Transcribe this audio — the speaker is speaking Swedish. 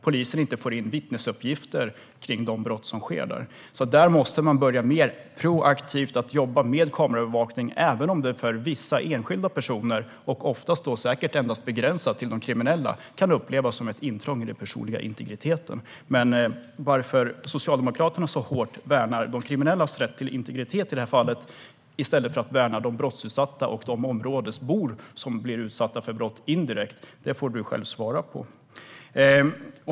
Polisen får inte in vittnesuppgifter om de brott som sker där. Då måste man börja jobba mer proaktivt med kameraövervakning, även om det för vissa enskilda personer - säkert oftast begränsat till de kriminella - kan upplevas som ett intrång i den personliga integriteten. Varför Socialdemokraterna värnar de kriminellas rätt till integritet så hårt i det här fallet, i stället för att värna de brottsutsatta och de områdesbor som indirekt utsätts för brott får du själv svara på, Petter Löberg.